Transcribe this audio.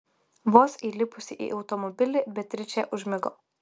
vos įlipusi į automobilį beatričė užmigo